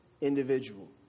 individual